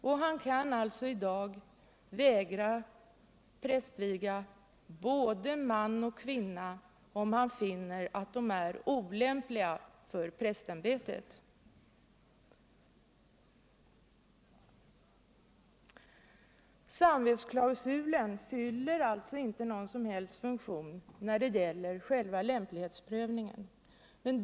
Och han kan i dag vägra prästviga såväl man som kvinna om han finner att de är olämpliga för prästämbetet. Samvetsklausulen fyller alltså inte någon som helst funktion vad gäller själva lämplighetsprövningen.